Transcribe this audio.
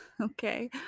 okay